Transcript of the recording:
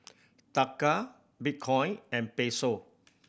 Taka Bitcoin and Peso